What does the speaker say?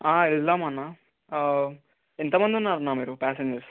ఆ వెళ్దాం అన్న ఎంత మంది ఉన్నారు అన్న మీరు పాసెంజెర్స్